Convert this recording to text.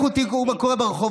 לכו תראו מה קורה ברחובות,